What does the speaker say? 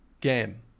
game